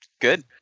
Good